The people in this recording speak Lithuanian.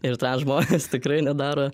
ir transžmonės tikrai nedaro